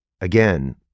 again